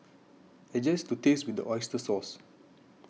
adjust to taste with the Oyster Sauce